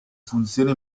funzioni